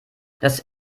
das